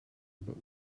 but